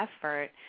effort